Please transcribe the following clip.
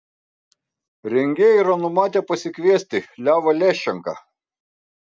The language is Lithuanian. rengėjai yra numatę pasikviesti levą leščenką